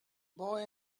boy